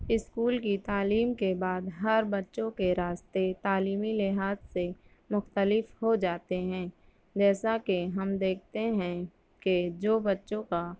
school کی تعلیم کے بعد ہر بچوں کے راستے تعلیمی لحاظ سے مختلف ہو جاتے ہیں جیسا کہ ہم دیکھتے ہیں کہ جو بچوں کا